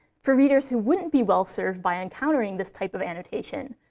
for readers who wouldn't be well-served by encountering this type of annotation,